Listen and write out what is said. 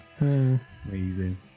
Amazing